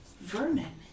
vermin